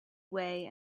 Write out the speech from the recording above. way